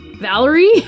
Valerie